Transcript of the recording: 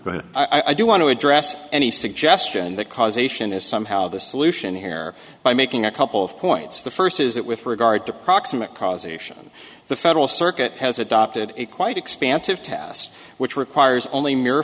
but i do want to address any suggestion that causation is somehow the solution here by making a couple of points the first is that with regard to proximate prosecution the federal circuit has adopted a quite expansive task which requires only m